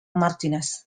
martinez